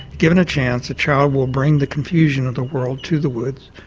given a chance, a child will bring the confusion of the world to the woods,